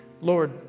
Lord